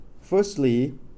firstly